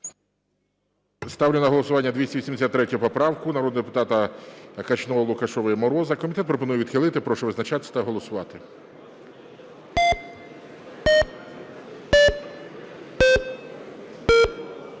Ставлю на голосування 283 поправку народних депутатів Качного, Лукашева і Мороза. Комітет пропонує відхилити. Прошу визначатися та голосувати.